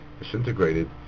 disintegrated